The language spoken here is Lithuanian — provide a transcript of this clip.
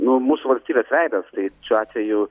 nu mūsų valstybės tai šiuo atveju